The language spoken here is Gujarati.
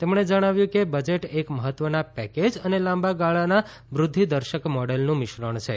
તેમણે જણાવ્યું કે બજેટ એક મહત્વના પેકેજ અને લાંબાગાળાના વૃદ્ધિદર્શક મોડેલનું મિશ્રણ છે